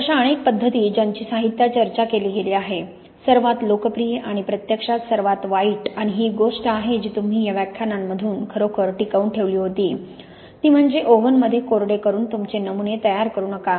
तर अशा अनेक पद्धती ज्यांची साहित्यात चर्चा केली गेली आहे सर्वात लोकप्रिय आणि प्रत्यक्षात सर्वात वाईट आणि ही एक गोष्ट आहे जी तुम्ही या व्याख्यानांमधून खरोखर टिकवून ठेवली होती ती म्हणजे ओव्हनमध्ये कोरडे करून तुमचे नमुने तयार करू नका